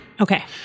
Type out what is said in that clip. Okay